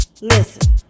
Listen